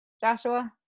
Joshua